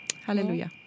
hallelujah